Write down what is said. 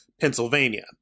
Pennsylvania